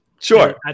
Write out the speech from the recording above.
Sure